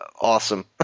awesome